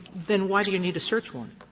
then why do you need a search warrant?